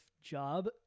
job